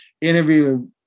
interview